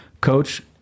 Coach